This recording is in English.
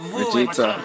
Vegeta